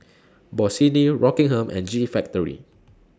Bossini Rockingham and G Factory